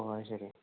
ഓ അത് ശരി